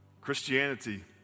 Christianity